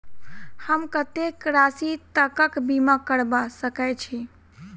हम कत्तेक राशि तकक बीमा करबा सकै छी?